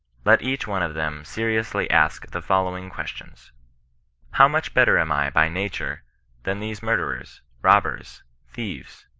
let each one of them seriously ask the following questions how much better am i by nature than these mur derers, robbers, thieves,